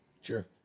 Sure